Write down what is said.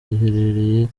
iherereye